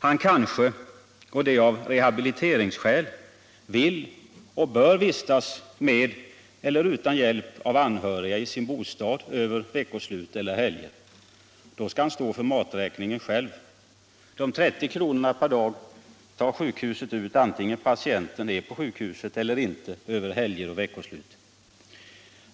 Han kanske — av rehabiliteringsskäl — vill och bör vistas med eller utan hjälp av anhörig i sin bostad över veckoslut eller helger. Då skall han stå för maten själv. De 30 kronorna per dag tar sjukhuset ut antingen patienten är på sjukhuset eller inte över helger och veckoslut.